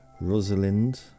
Rosalind